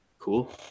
cool